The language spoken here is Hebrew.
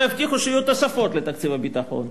יבטיחו שיהיו תוספות לתקציב הביטחון.